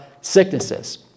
sicknesses